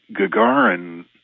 Gagarin